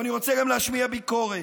אבל אני רוצה גם להשמיע ביקורת.